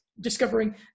discovering